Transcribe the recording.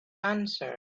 answer